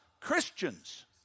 Christians